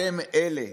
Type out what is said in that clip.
אתם אלה